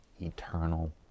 eternal